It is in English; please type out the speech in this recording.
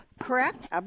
correct